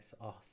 awesome